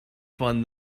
fun